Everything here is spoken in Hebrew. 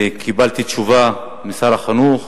וקיבלתי תשובה משר החינוך.